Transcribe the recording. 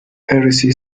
hersey